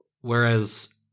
whereas